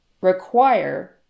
require